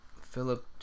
Philip